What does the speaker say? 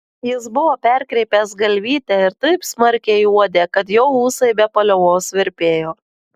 jis buvo perkreipęs galvytę ir taip smarkiai uodė kad jo ūsai be paliovos virpėjo